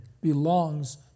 belongs